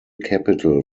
capital